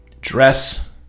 dress